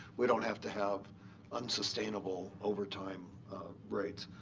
we don't have to have unsustainable overtime rates.